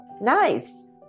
nice